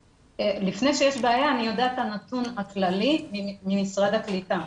לפני שיש בעיה אני יודעת על הנתון הכללי ממשרד הקליטה.